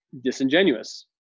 disingenuous